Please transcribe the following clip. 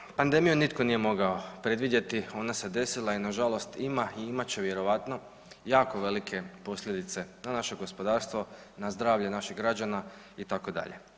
Naime, pandemiju nitko nije mogao predvidjeti ona se desila i nažalost ima i imat će vjerojatno jako velike posljedice na naše gospodarstvo, na zdravlje naših građana itd.